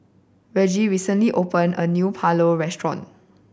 Reggie recently opened a new Pulao Restaurant